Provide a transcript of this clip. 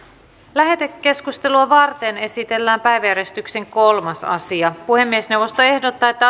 lähetekeskustelua varten esitellään päiväjärjestyksen kolmas asia puhemiesneuvosto ehdottaa että